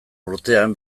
urtean